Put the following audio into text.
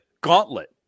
gauntlet